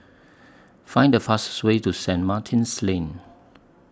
Find The fastest Way to St Martin's Lane